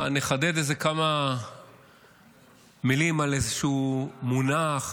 נחדד באיזה כמה מילים על איזשהו מונח,